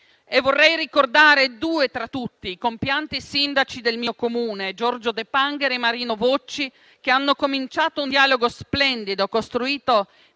Vorrei ricordarne due tra tutti, compianti sindaci del mio Comune, Giorgio Depangher e Marino Vocci, che hanno cominciato un dialogo splendido e costruito amicizie